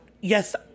yes